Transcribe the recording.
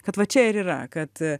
kad va čia ir yra kad